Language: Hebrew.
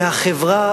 והחברה